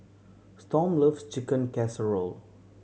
Storm love Chicken Casserole